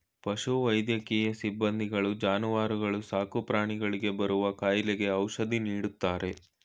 ಪಶು ವೈದ್ಯಕೀಯ ಸಿಬ್ಬಂದಿಗಳು ಜಾನುವಾರುಗಳು ಸಾಕುಪ್ರಾಣಿಗಳಿಗೆ ಬರುವ ಕಾಯಿಲೆಗೆ ಔಷಧಿ ನೀಡ್ತಾರೆ